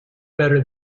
better